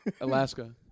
Alaska